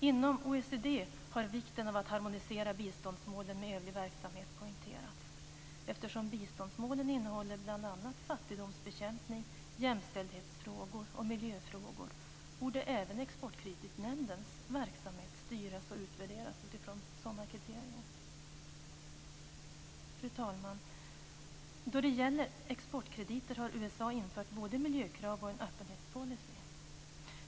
Inom OECD har vikten av att harmonisera biståndsmålen med övrig verksamhet poängterats. Eftersom biståndsmålen innehåller bl.a. fattigdomsbekämpning, jämställdhetsfrågor och miljöfrågor borde även Exportkreditnämndens verksamhet styras av och utvärderas utifrån sådana kriterier. Fru talman! Då det gäller exportkrediter har USA infört både miljökrav och en öppenhetspolicy.